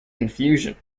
confusion